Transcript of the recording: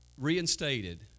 reinstated